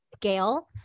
Gail